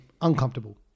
Uncomfortable